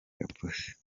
gapusi